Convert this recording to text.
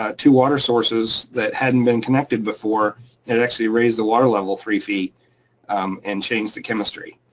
ah to water sources that hadn't been connected before. and it actually raised the water level three feet and changed the chemistry.